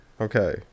Okay